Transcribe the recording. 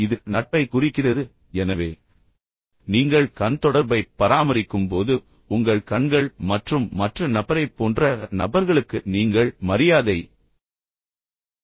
இது நட்பைக் குறிக்கிறது எனவே நீங்கள் கண் தொடர்பைப் பராமரிக்கும் போது உங்கள் கண்கள் மற்றும் மற்ற நபரைப் போன்ற நபர்களுக்கு நீங்கள் மரியாதை காட்டலாம்